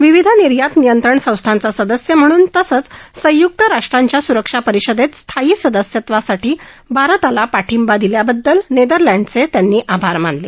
विविध निर्यात नियंत्रण संस्थांचा सदस्य म्हणून तसंच संयुक्त राष्ट्रांच्या सुरक्षा परिषदेत स्थायी सदस्यत्वासाठी भारताला पाठिंबा दिल्याबद्दल नेदरलँडचे त्यांनी आभार मानले